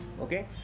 okay